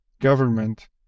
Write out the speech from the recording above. government